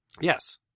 yes